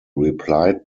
replied